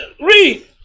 read